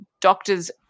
doctors